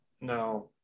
No